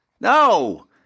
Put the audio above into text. No